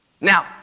now